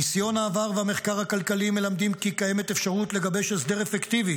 ניסיון העבר והמחקר הכלכלי מלמדים כי קיימת אפשרות לגבש הסדר אפקטיבי,